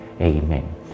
Amen